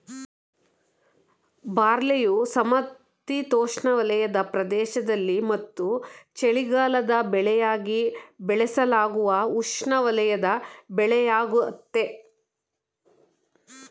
ಬಾರ್ಲಿಯು ಸಮಶೀತೋಷ್ಣವಲಯದ ಪ್ರದೇಶದಲ್ಲಿ ಮತ್ತು ಚಳಿಗಾಲದ ಬೆಳೆಯಾಗಿ ಬೆಳೆಸಲಾಗುವ ಉಷ್ಣವಲಯದ ಬೆಳೆಯಾಗಯ್ತೆ